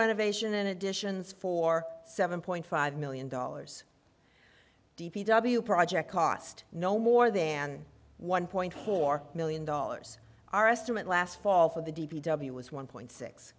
renovation and additions for seven point five million dollars d p w project cost no more than one point four million dollars our estimate last fall for the d p w was one point six